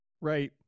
Right